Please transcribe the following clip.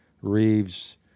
reeves